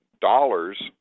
dollars